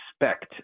expect